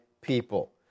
people